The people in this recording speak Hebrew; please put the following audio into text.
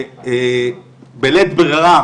ובלית ברירה